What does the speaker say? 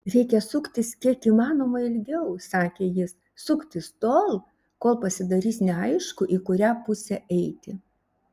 reikia suktis kiek įmanoma ilgiau sakė jis suktis tol kol pasidarys neaišku į kurią pusę eiti